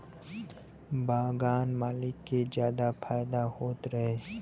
बगान मालिक के जादा फायदा होत रहे